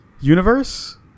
Universe